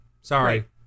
sorry